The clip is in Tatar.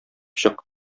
чык